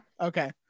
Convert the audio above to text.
Okay